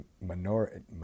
Minority